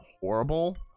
horrible